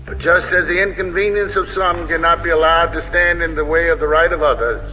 but just as the inconvenience of some cannot be allowed to stand in the way of the right of others,